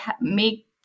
make